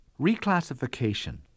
Reclassification